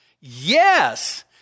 Yes